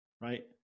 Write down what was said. right